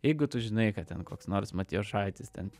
jeigu tu žinai kad ten koks nors matijošaitis ten